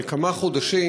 של כמה חודשים,